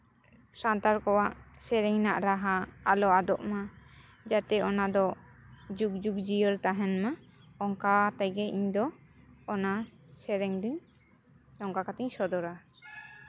ᱥᱟᱱᱛᱟᱲ ᱠᱚᱣᱟᱜ ᱥᱮᱨᱮᱧ ᱨᱮᱱᱟᱜ ᱨᱟᱦᱟ ᱟᱞᱚ ᱟᱫᱚᱜ ᱢᱟ ᱡᱟᱛᱮ ᱚᱱᱟ ᱫᱚ ᱡᱩᱜᱽ ᱡᱩᱜᱽ ᱡᱤᱭᱟᱹᱲ ᱛᱟᱦᱮᱱ ᱢᱟ ᱚᱱᱠᱟ ᱛᱮᱜᱮ ᱤᱧ ᱫᱚ ᱚᱱᱟ ᱥᱮᱨᱮᱧ ᱫᱚ ᱱᱚᱝᱠᱟ ᱠᱟᱛᱮᱧ ᱥᱚᱫᱚᱨᱟ